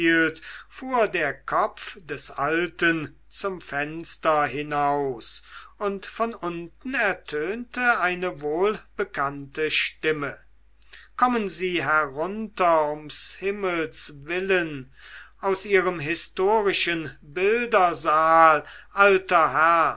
der kopf des alten zum fenster hinaus und von unten ertönte eine wohlbekannte stimme kommen sie herunter um's himmels willen aus ihrem historischen bildersaal alter herr